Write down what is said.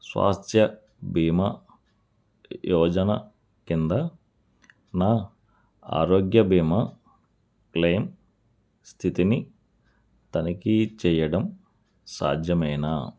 శ్వాస్థ్య బీమా యోజన కింద నా ఆరోగ్య బీమా క్లెయిమ్ స్థితిని తనిఖీ చేయడం సాధ్యమేనా